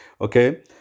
okay